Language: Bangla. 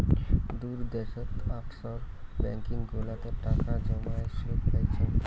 দূর দ্যাশোত অফশোর ব্যাঙ্কিং গুলাতে টাকা জমাই সুদ পাইচুঙ